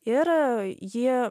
ir jį